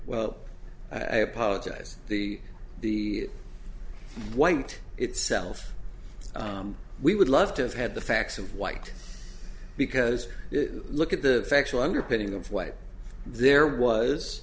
well i apologize the the white itself we would love to have had the facts of white because look at the factual underpinning of what there was